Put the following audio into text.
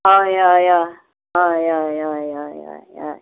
हय हय हय हय हय हय हय हय हय